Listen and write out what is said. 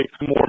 more